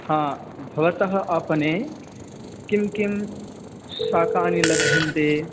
भवतः आपणे किं किं शाकानि लभ्यन्ते